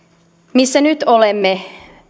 missä nyt olemme